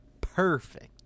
Perfect